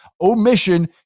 Omission